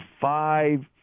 five